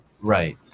Right